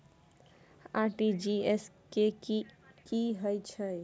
RTG S की है छै?